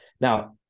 Now